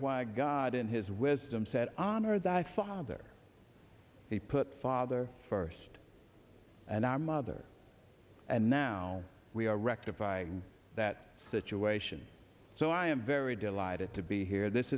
why god in his wisdom said honor thy father he put father first and our mother and now we are rectify that situation so i am very delighted to be here this